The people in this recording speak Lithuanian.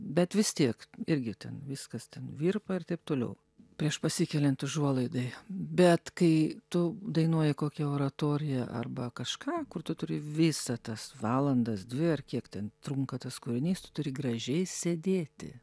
bet vis tiek irgi ten viskas ten virpa ir taip toliau prieš pasikeliant užuolaidai bet kai tu dainuoji kokią oratoriją arba kažką kur tu turi visą tas valandas dvi ar kiek ten trunka tas kūrinys tu turi gražiai sėdėti